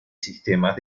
sistemas